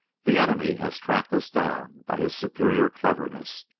the enemy has tracked us down by his superior cleverness.